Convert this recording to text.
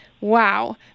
Wow